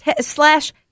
slash